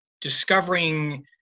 discovering